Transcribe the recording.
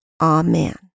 Amen